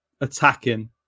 attacking